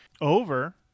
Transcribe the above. Over